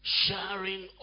sharing